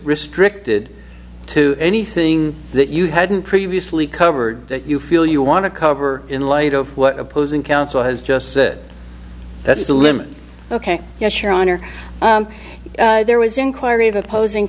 restricted to anything that you hadn't previously covered that you feel you want to cover in light of what opposing counsel has just said that is the limit ok yes your honor there was inquiry of opposing